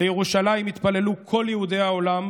לירושלים התפללו כל יהודי העולם,